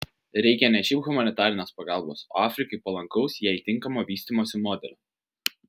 reikia ne šiaip humanitarinės pagalbos o afrikai palankaus jai tinkamo vystymosi modelio